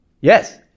Yes